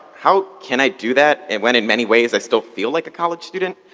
how can i do that and when in many ways i still feel like a college student?